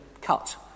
cut